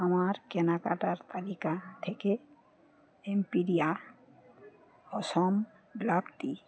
আমার কেনাকাটার তালিকা থেকে এম্পেরিয়া অসম ব্লাক টি